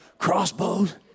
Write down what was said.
Crossbows